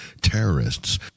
terrorists